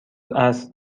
عصر